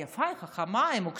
היא יפה, היא חכמה, היא מוכשרת,